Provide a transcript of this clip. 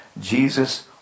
Jesus